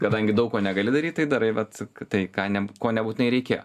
kadangi daug ko negali daryt tai darai vat tai ką ne ko nebūtinai reikėjo